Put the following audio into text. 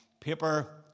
paper